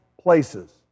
places